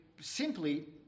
simply